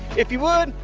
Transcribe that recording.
if you would,